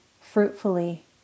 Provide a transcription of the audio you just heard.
fruitfully